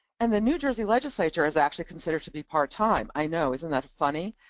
and the new jersey legislature is actually considered to be part time. i know, isn't that funny?